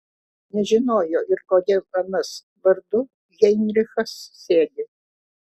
nežinojo ir kodėl anas vardu heinrichas sėdi